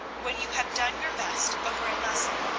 when you have done your best over a lesson,